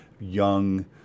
young